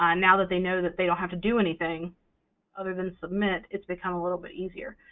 ah now that they know that they don't have to do anything other than submit, it's become a little bit easier.